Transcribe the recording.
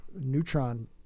neutron